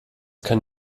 kann